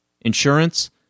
insurance